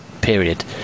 period